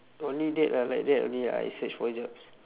only that ah like that only ah I search for jobs